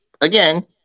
again